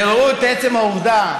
וראו את עצם העובדה,